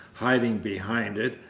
hiding behind it,